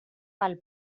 pel